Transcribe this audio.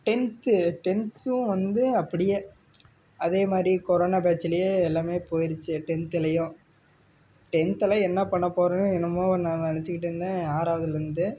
tenth டென்த்தும் வந்து அப்படியே அதே மாதிரி கொரோனா பேட்ச்சுலயே எல்லாம் போய்டிச்சி டென்த்துலேயும் டென்த்தெல்லாம் என்ன பண்ண போறோன்னு என்னமோ நான் நெனைச்சிக்கிட்டு இருந்தேன் ஆறாவதுலேருந்து